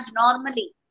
normally